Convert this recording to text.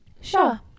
Sure